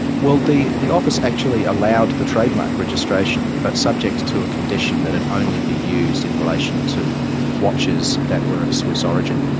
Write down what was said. well the the office actually allowed the trademark registration, but subject to a condition that it only be used in relation to watches that were of swiss origin,